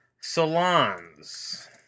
Salons